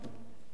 צדקנו.